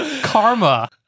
karma